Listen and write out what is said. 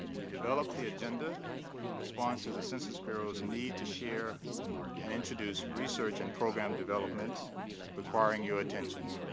we developed the agenda in response to the census bureau's need to share and introduce research and program developments requiring your attention.